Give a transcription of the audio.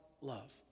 love